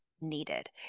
needed